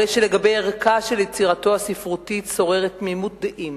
הרי שלגבי ערכה של יצירתו הספרותית שוררת תמימות דעים,